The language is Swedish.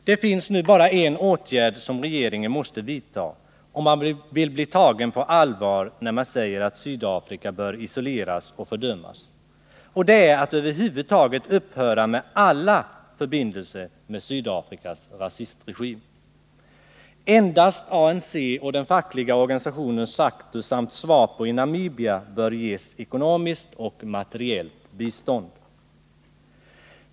Det finns nu bara en åtgärd som återstår för regeringen att vidta, om den vill bli tagen på allvar när den säger att Sydafrika bör isoleras och fördömas, och det är att över huvud taget upphöra med alla förbindelser med Sydafrikas rasistregim. Endast ANC och den fackliga organisationen SACTU samt SWAPO i Namibia bör ges ekonomiskt och materiellt bistånd.